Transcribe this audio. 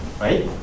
right